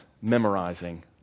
memorizing